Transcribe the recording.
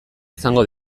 izango